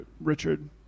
Richard